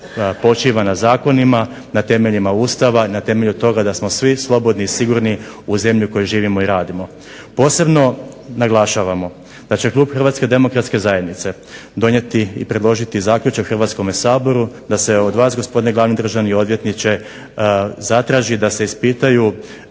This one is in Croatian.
počiva na zakonima na temeljima Ustava i na temelju toga da smo svi slobodni i sigurni u zemlji u kojoj živimo i radimo. Posebno naglašavamo da će Klub HDZ-a donijeti i predložiti zaključak Hrvatskome saboru da se od vas gospodine glavni državni odvjetniče zatraži da se ispitaju